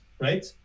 right